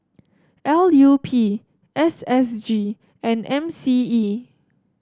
L U P S S G and M C E